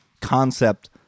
concept